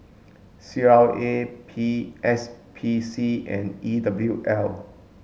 C L A P S P C and E W L